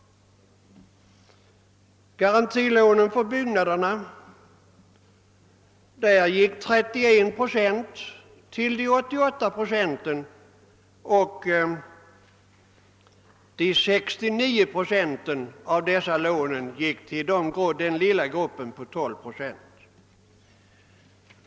Av garantilånen för byggnader gick 31 procent till de 88 procenten och 69 procent till den lilla gruppen på 12 procent.